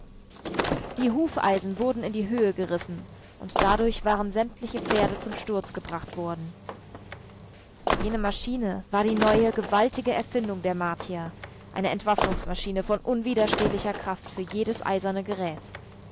die hufeisen wurden in die höhe gerissen und dadurch waren sämtliche pferde zum sturz gebracht worden jene maschine war die neue gewaltige erfindung der martier eine entwaffnungsmaschine von unwiderstehlicher kraft für jedes eiserne gerät